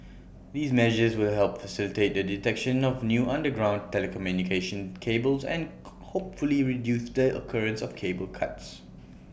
these measures will help facilitate the detection of new underground telecommunication cables and hopefully reduce the occurrence of cable cuts